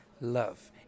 love